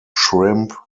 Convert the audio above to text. shrimp